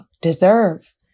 deserve